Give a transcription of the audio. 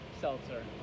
seltzer